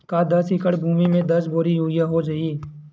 का दस एकड़ भुमि में दस बोरी यूरिया हो जाही?